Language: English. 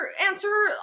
answer